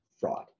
fraud